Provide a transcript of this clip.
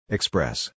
Express